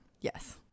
Yes